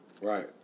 Right